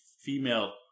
female